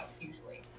usually